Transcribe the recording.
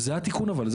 זה התיקון אבל.